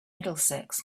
middlesex